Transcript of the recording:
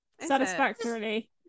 Satisfactorily